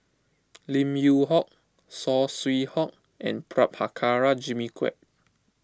Lim Yew Hock Saw Swee Hock and Prabhakara Jimmy Quek